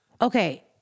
Okay